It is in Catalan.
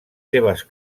seves